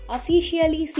Officially